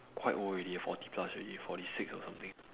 quite old already forty plus already forty six or something